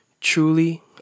Truly